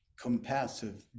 Compassive